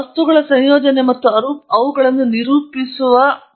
ನಂತರ ವಸ್ತುಗಳ ಸಂಯೋಜನೆ ಮತ್ತು ಅವುಗಳನ್ನು ನಿರೂಪಿಸುವ